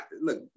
Look